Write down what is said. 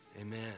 amen